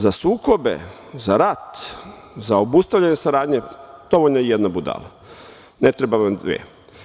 Za sukobe, za rat, za obustavljanje saradnje, dovoljna je jedna budala, ne treba vam dve.